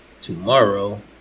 tomorrow